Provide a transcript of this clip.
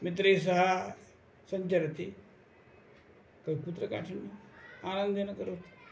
मित्रैः सह सञ्चरति कः कुत्र काठिन्यम् आनन्देन करोति